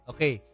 Okay